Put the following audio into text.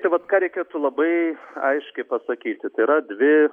čia vat ką reikėtų labai aiškiai pasakyti tai yra dvi